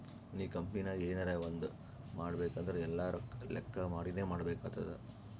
ನೀ ಕಂಪನಿನಾಗ್ ಎನರೇ ಒಂದ್ ಮಾಡ್ಬೇಕ್ ಅಂದುರ್ ಎಲ್ಲಾ ಲೆಕ್ಕಾ ಮಾಡಿನೇ ಮಾಡ್ಬೇಕ್ ಆತ್ತುದ್